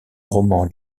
roman